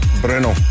Bruno